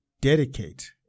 dedicate